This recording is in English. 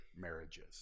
marriages